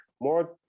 More